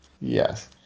Yes